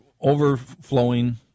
overflowing